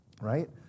right